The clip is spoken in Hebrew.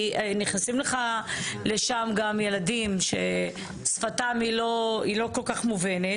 כי נכנסים לך לשם גם ילדים ששפתם היא לא כל כך מובנת.